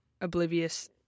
oblivious